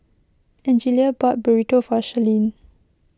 Angelia bought Burrito for Shirleen